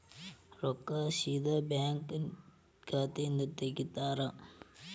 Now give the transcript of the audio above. ರೊಕ್ಕಾ ಸೇದಾ ಬ್ಯಾಂಕ್ ಖಾತೆಯಿಂದ ತಗೋತಾರಾ?